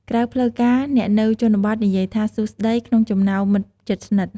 ក្រៅផ្លូវការ អ្នកនៅជនបទនិយាយថា «សួស្ដី» ក្នុងចំណោមមិត្តជិតស្និទ្ធ។